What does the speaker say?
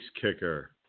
kicker